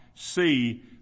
See